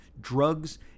drugs